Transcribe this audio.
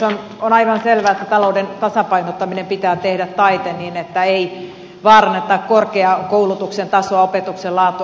on aivan selvää että talouden tasapainottaminen pitää tehdä taiten niin että ei vaaranneta korkeakoulutuksen tasoa opetuksen laatua